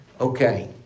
Okay